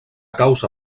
causa